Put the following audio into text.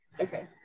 Okay